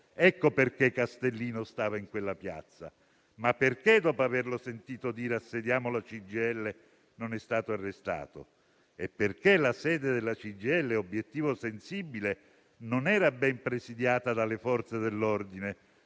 Ecco perché Castellino stava in quella piazza. Ma perché dopo averlo sentito dire «assediamo la CGIL» non è stato arrestato? E perché la sede della CGIL, obiettivo sensibile, non era ben presidiata dalle Forze dell'ordine